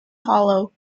hollow